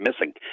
missing